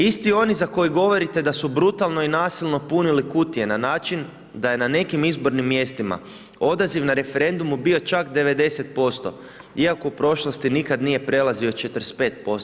Isti oni za koje govorite da su brutalno i nasilno punili kutije na način da je na nekim izbornim mjestima odaziv na referendumu bio čak 90% iako u prošlosti nikad nije prelazio 45%